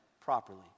properly